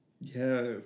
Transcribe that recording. Yes